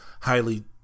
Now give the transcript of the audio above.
highly